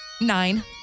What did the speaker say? nine